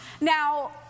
Now